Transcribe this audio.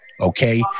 okay